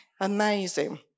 Amazing